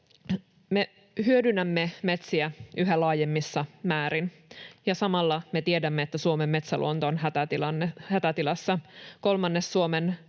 Me hyödynnämme metsiä yhä laajemmissa määrin ja samalla me tiedämme, että Suomen metsäluonto on hätätilassa. Kolmannes Suomen